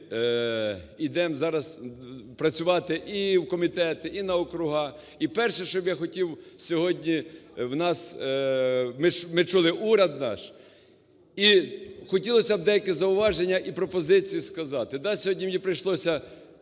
йдемо зараз працювати і в комітети, і на округа. І перше, що я б хотів сьогодні, в нас, ми чули уряд наш, і хотілося б деякі зауваження і пропозиції сказати. Да,